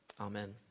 Amen